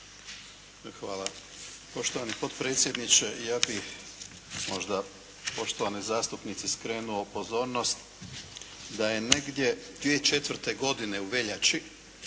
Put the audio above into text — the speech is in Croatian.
Hvala poštovani potpredsjedniče. Ja bih možda poštovanoj zastupnici skrenuo pozornost da je negdje 2004. godine u veljači